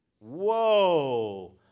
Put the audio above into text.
Whoa